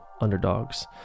underdogs